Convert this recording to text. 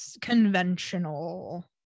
conventional